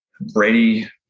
Brady